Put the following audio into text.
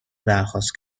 درخواست